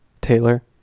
Taylor